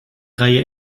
reihe